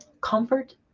comfort